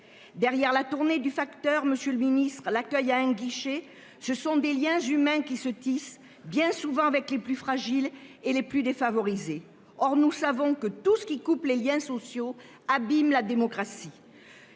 Derrière la tournée du facteur. Monsieur le Ministre, l'accueil à un guichet, ce sont des Liens humains qui se tissent bien souvent avec les plus fragiles et les plus défavorisés. Or nous savons que tout ceux qui coupent les Liens sociaux abîme la démocratie.